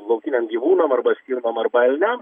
laukiniam gyvūnam arba stirnom arba elniam